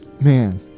Man